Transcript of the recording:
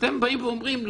אתם באים ואומרים,